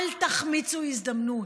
אל תחמיצו הזדמנות.